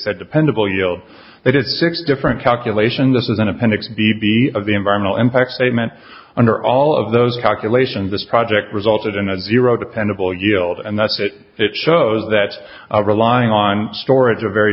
said dependable yield they did six different calculation this is an appendix b b of the environmental impact statement under all of those calculations this project resulted in a direct dependable yield and that's it it shows that are relying on storage a very